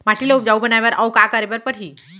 माटी ल उपजाऊ बनाए बर अऊ का करे बर परही?